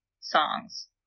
songs